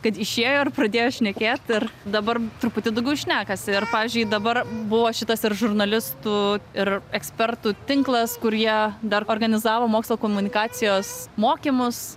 kad išėjo ir pradėjo šnekėt ir dabar truputį daugiau šnekasi ir pavyzdžiui dabar buvo šitas ir žurnalistų ir ekspertų tinklas kurie dar organizavo mokslo komunikacijos mokymus